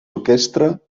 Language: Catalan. orquestra